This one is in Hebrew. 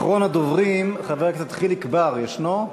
אחרון הדוברים, חבר הכנסת חיליק בר, ישנו?